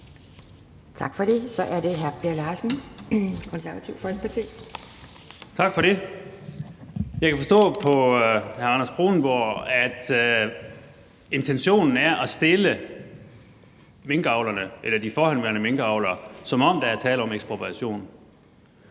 Tak for det. Så er det hr. Per Larsen, Det Konservative Folkeparti. Kl. 18:25 Per Larsen (KF): Tak for det. Jeg kan forstå på hr. Anders Kronborg, at intentionen er at stille de forhenværende minkavlere, som om der er tale om ekspropriation.